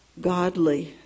godly